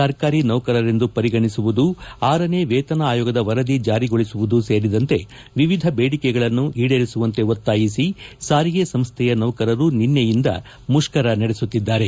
ಸರ್ಕಾರಿ ನೌಕರರೆಂದು ಪರಿಗಣಿಸುವುದು ಳನೇ ವೇತನ ಆಯೋಗದ ವರದಿ ಜಾರಿಗೊಳಿಸುವುದೂ ಸೇರಿದಂತೆ ಎವಿಧ ಬೇಡಿಕೆಗಳನ್ನು ಈಡೇರಿಕೆಗೆ ಒತ್ತಾಯಿಸಿ ಸಾರಿಗೆ ಸಂಸ್ಥೆಯ ನೌಕರರು ನಿನ್ನೆಯಿಂದ ಮುಷ್ಠರ ನಡೆಸುತ್ತಿದ್ದಾರೆ